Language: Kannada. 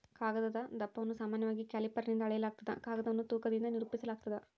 ಕಾಗದದ ದಪ್ಪವನ್ನು ಸಾಮಾನ್ಯವಾಗಿ ಕ್ಯಾಲಿಪರ್ನಿಂದ ಅಳೆಯಲಾಗ್ತದ ಕಾಗದವನ್ನು ತೂಕದಿಂದ ನಿರೂಪಿಸಾಲಾಗ್ತದ